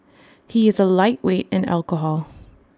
he is A lightweight in alcohol